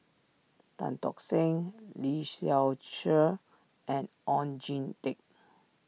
Tan Tock Seng Lee Seow Ser and Oon Jin Teik